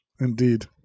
Indeed